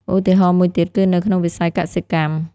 ឧទាហរណ៍មួយទៀតគឺនៅក្នុងវិស័យកសិកម្ម។